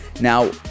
Now